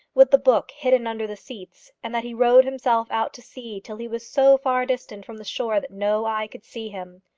with the book hidden under the seats, and that he rowed himself out to sea till he was so far distant from the shore that no eye could see him.